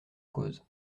cause